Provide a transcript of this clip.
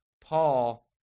Paul